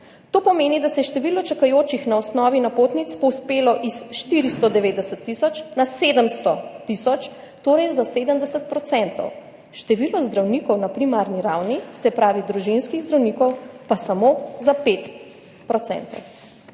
To pomeni, da se je število čakajočih na osnovi napotnic povzpelo s 490 tisoč na 700 tisoč, torej za 70 %, število zdravnikov na primarni ravni, se pravi družinskih zdravnikov, pa samo za 5 %.